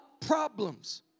problems